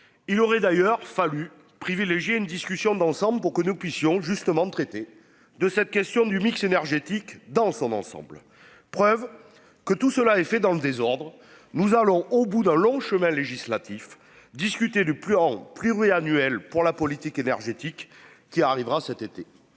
Il aurait d'ailleurs fallu privilégier une discussion d'ensemble pour que nous puissions justement de traiter de cette question du mix énergétique dans son ensemble. Preuve que tout cela est fait dans le désordre. Nous allons au bout d'un long chemin législatif discuter de plus en plus ouais annuel pour la politique énergétique qui arrivera cet été.